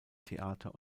theater